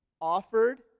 offered